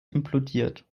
implodiert